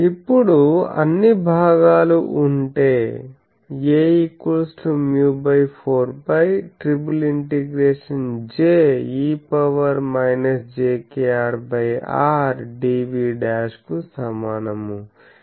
ఇప్పుడు అన్నీభాగాలు ఉంటే A μ4π ∭J e jkr r dv' కు సమానము